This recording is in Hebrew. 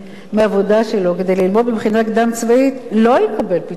מהעבודה שלו כדי ללמוד במכינה קדם-צבאית לא יקבל פיצויי פיטורים,